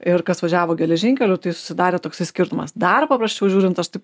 ir kas važiavo geležinkeliu tai susidarė toks skirtumas dar paprasčiau žiūrint aš taip